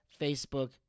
Facebook